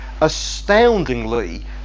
astoundingly